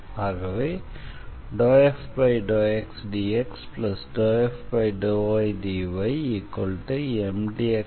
ஆகவே ∂f∂xdx∂f∂ydyMdxNdy